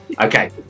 okay